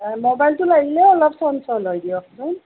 ম'বাইলটো লাগিলেই অলপ চঞ্চল হয় দিয়কচোন